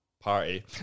party